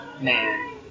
man